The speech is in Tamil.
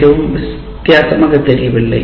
மிகவும் வித்தியாசமாகத் தெரியவில்லை